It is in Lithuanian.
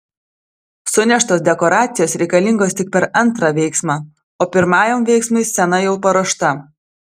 suneštos dekoracijos reikalingos tik per antrą veiksmą o pirmajam veiksmui scena jau paruošta